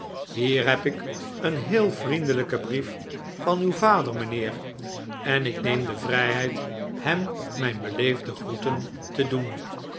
hier heb ik een heel vriendelijken brief van uw vader mijnheer en ik neem de vrijheid hem mijn beleefde groeten te doen